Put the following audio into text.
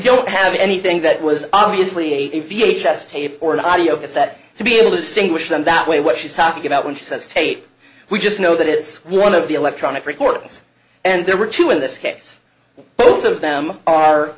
don't have anything that was obviously a v h s tape or an audio cassette to be able to distinguish them that way what she's talking about when she says tape we just know that it's one of the electronic records and there were two in this case both of them are